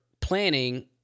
planning